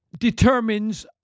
determines